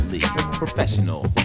Professional